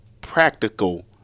practical